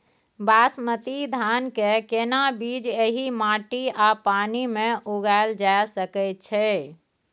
बासमती धान के केना बीज एहि माटी आ पानी मे उगायल जा सकै छै?